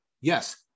yes